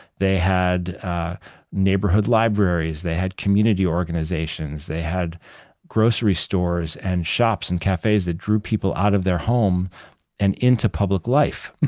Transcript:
they had neighborhood libraries, they had community organizations, they had grocery stores, and shops, and cafes that drew people out of their home and into public life.